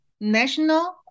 national